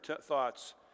thoughts